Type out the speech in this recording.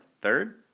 Third